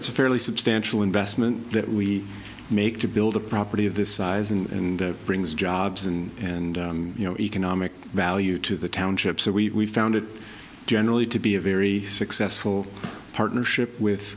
it's a fairly substantial investment that we make to build a property of this size and brings jobs and you know economic value to the township so we found it generally to be a very successful partnership with